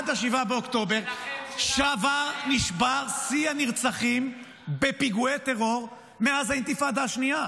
עד 7 באוקטובר נשבר שיא הנרצחים בפיגועי טרור מאז האינתיפאדה השנייה.